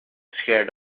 scared